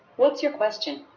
what's your question?